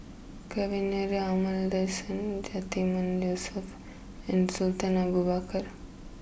Kavignareru Amallathasan Yatiman Yusof and Sultan Abu Bakar